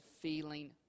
feeling